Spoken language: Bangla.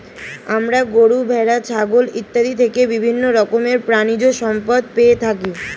আমরা গরু, ভেড়া, ছাগল ইত্যাদি থেকে বিভিন্ন রকমের প্রাণীজ সম্পদ পেয়ে থাকি